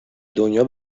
دنیا